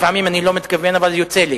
לפעמים אני לא מתכוון, אבל יוצא לי.